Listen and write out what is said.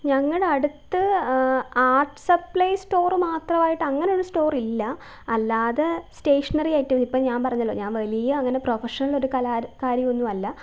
ഞങ്ങളടുത്ത് art supply store മാത്രമായിട്ടങ്ങനൊരു സ്റ്റോറില്ല അല്ലാതെ സ്റ്റേഷനറി ഐറ്റം ഇപ്പം ഞാൻ പറഞ്ഞല്ലോ ഞാൻ വലിയ അങ്ങനെ പ്രഫഷൻ ഒരു കലാകാരി ഒന്നുമല്ല